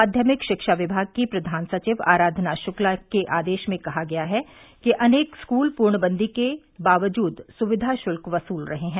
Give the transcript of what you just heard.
माध्यमिक शिक्षा विभाग की प्रधान सचिव आराधना शुक्ला के आदेश में कहा गया है कि अनेक स्कूल पूर्णबंदी के बावजूद सुविधा शुल्क वसूल रहे हैं